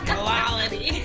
quality